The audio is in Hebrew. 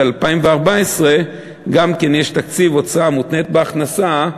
ול-2014 גם כן יש תקציב הוצאה מותנית בהכנסה,